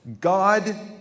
God